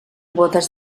bodes